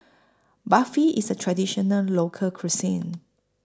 Barfi IS A Traditional Local Cuisine